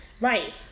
Right